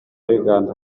uganda